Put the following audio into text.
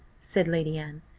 said lady anne.